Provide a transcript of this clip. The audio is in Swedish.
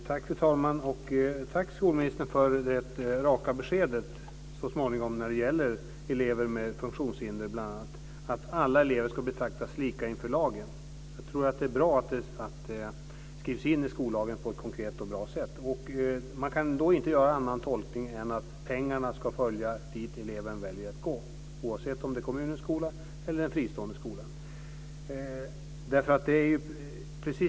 Fru talman! Tack, skolministern för det raka beskedet som kom så småningom när det gäller elever med bl.a. funktionshinder, att alla elever ska betraktas lika inför lagen. Jag tror att det är bra att det skrivs in i skollagen på ett konkret och bra sätt. Man kan då inte göra någon annan tolkning än att pengarna ska följa med dit eleven väljer att gå, oavsett om det är till kommunens skola eller till en fristående skola.